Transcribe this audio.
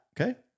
okay